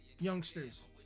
youngsters